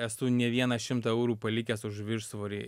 esu ne vieną šimtą eurų palikęs už viršsvorį